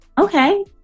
Okay